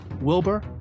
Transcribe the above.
Wilbur